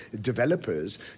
developers